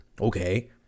okay